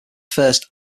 first